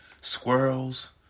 squirrels